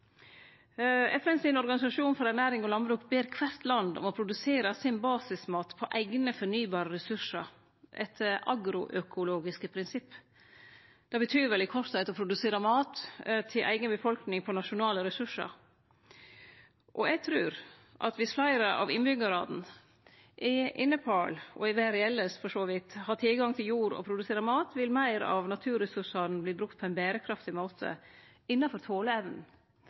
organisasjon for ernæring og landbruk ber kvart land om å produsere sin basismat på eigne fornyelege resursar etter agroøkologiske prinsipp. Det betyr vel i kortheit å produsere mat til eiga befolkning på nasjonale resursar. Eg trur at dersom fleire av innbyggjarane i Nepal – og i verda elles for så vidt – har tilgang til jord og produserer mat, vil meir av naturresursane verte brukte på ein berekraftig måte, innanfor